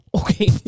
Okay